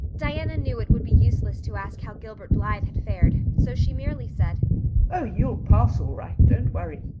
diana knew it would be useless to ask how gilbert blythe had fared, so she merely said oh, you'll pass all right. don't worry.